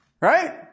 Right